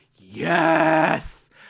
Yes